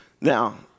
Now